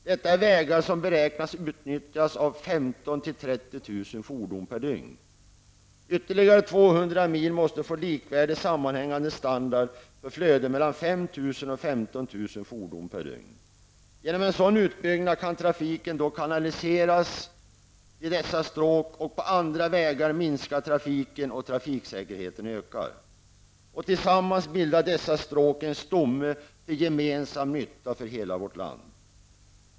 Det är vägar som beräknas nyttjas av 15 000--30 000 fordon per dygn. Ytterligare 200 mil väg måste få likvärdig standard för flöden av 5 000--15 000 fordon per dygn. Genom en sådan utbyggnad kan trafiken kanaliseras till dessa stråk. På andra vägar minskar trafiken och trafiksäkerheten ökar. Tillsammans bildar dessa stråk en stomme till gemensam nytta för hela vårt land.